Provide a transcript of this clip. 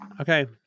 okay